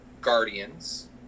Guardians